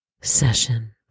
session